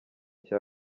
cya